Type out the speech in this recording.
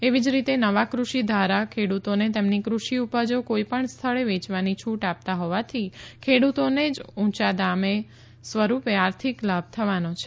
એવી જ રીતે નવા ક઼ષિ ધારા ખેડૂતોને તેમની ક઼ષિ ઉપજો કોઈપણ સ્થળે વેચવાની છૂટ આપતા હોવાથી ખેડૂતોને જ ઊંચા દામ સ્વરૂપે આર્થિક લાભ થવાનો છે